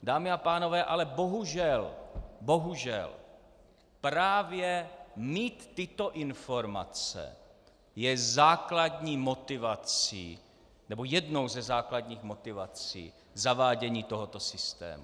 Dámy a pánové, bohužel ale právě mít tyto informace je základní motivací nebo jednou ze základních motivací zavádění tohoto systému.